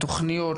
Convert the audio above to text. תוכניות,